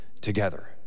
together